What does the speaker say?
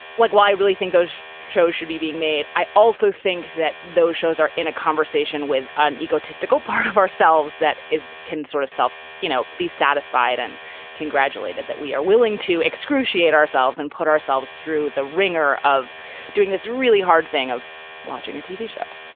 like why i really think those shows should be being made. i also think that those shows are in a conversation with an egotistical part of ourselves that is kin sort of self, you know, be satisfied and congratulated that we are willing to excrutiating ourselves and put ourselves through the wringer of doing this really hard thing of watching a tv show.